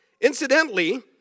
Incidentally